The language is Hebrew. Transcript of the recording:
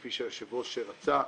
כפי שהיושב-ראש רצה.